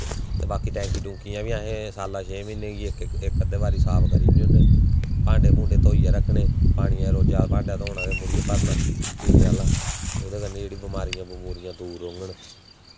बाकी टैंकी टूंकियां बी असें साला छें म्हीनें गी इक अद्धा बारी साफ करी ओड़ने होन्ने भांडे भुंडे धोइयै रक्खने पानिया रोजा दा भांडे़ धोना ते मुड़ियै भरना पीने आह्ला उदै कन्नै जेह्ड़ियां बमारियां बमूरियां दून रौङन